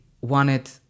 wanted